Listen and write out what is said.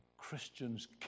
Christians